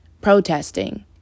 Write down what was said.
protesting